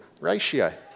ratio